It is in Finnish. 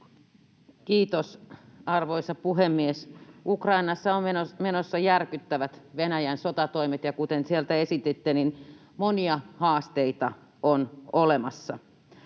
Kiitos, arvoisa puhemies! Ukrainassa on menossa järkyttävät Venäjän sotatoimet, ja kuten sieltä esititte, niin monia haasteita on olemassa.